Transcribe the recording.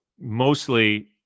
Mostly